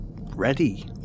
ready